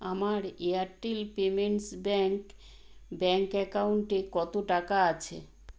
আমার Airtel payments bank bank অ্যাকাউন্টে কত টাকা আছে